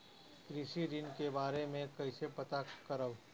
कृषि ऋण के बारे मे कइसे पता करब?